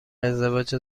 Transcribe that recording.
ازدواج